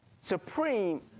Supreme